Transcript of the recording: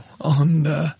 on